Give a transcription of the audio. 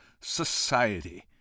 society